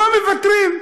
לא מפטרים.